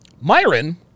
Myron